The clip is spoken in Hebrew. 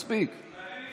מספיק.